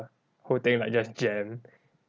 whole thing like just jammed